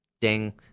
ding